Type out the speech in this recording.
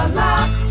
lock